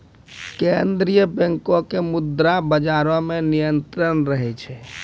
केन्द्रीय बैंको के मुद्रा बजारो मे नियंत्रण रहै छै